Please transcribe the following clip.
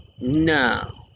No